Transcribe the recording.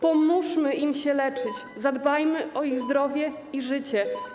Pomóżmy im się leczyć, zadbajmy o ich zdrowie i życie.